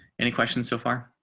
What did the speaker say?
any questions so far.